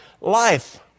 life